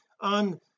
on